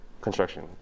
construction